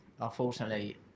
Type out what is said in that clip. unfortunately